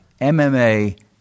MMA